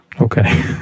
Okay